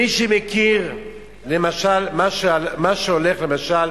מי שמכיר מה שהולך, למשל,